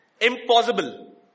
Impossible